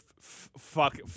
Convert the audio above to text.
Fuck